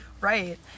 right